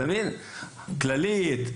"כללית",